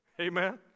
Amen